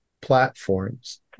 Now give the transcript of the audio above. platforms